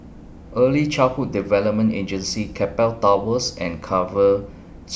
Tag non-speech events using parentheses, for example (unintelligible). Early Childhood Development Agency Keppel Towers and Carver (unintelligible)